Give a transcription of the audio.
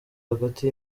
hagati